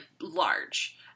large